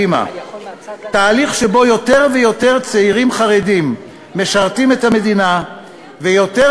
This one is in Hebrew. תהליך שבו יותר ויותר צעירים חרדים משרתים את המדינה ויותר